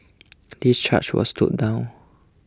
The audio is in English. this charge was stood down